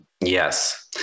Yes